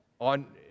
on